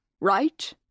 right